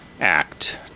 act